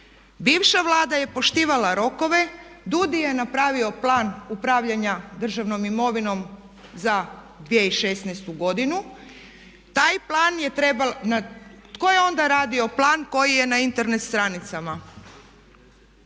Bivša Vlada je poštivala rokove, DUUDI je napravio Plan upravljanja državnom imovinom za 2016. godinu. Taj plan je trebalo, tko je onda radio plan koji je na Internet stranicama?